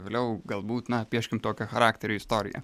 vėliau galbūt na pieškim tokio charakterio istoriją